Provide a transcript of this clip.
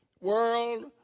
world